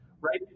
right